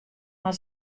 mar